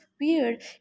weird